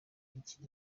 iki